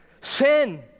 Sin